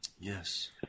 Yes